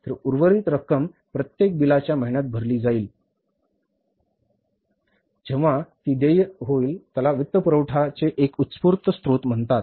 तर उर्वरित रक्कम प्रत्येक बिलाच्या महिन्यात भरली जाईल जेव्हा ती देय होईल याला वित्तपुरवठाचे एक उत्स्फूर्त स्त्रोत म्हणतात